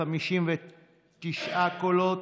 59 קולות,